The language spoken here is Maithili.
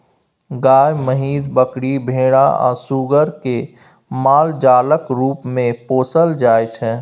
गाय, महीस, बकरी, भेरा आ सुग्गर केँ मालजालक रुप मे पोसल जाइ छै